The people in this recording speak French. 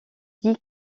dit